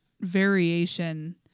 variation